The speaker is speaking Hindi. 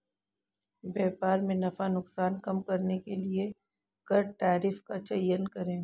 व्यापार में नफा नुकसान कम करने के लिए कर टैरिफ का चयन करे